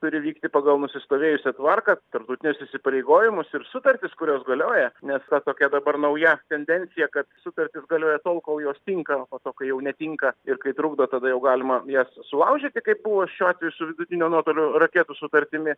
turi vykti pagal nusistovėjusią tvarką tarptautinius įsipareigojimus ir sutartis kurios galioja nes va tokia dabar nauja tendencija kad sutartys galioja tol kol jos tinka o po to kai jau netinka ir kai trukdo tada jau galima jas sulaužyti kaip buvo šiuo atveju su vidutinio nuotolio raketų sutartimi